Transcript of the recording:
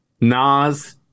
Nas